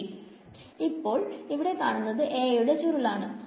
ശെരി ഇപ്പോൾ ഇവിടെ കാണുന്നത് A യുടെ ചുരുൾ ആണ്